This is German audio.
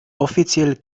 offiziell